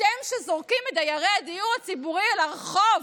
אתם, שזורקים את דיירי הדיור הציבורי אל הרחוב,